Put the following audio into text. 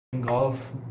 golf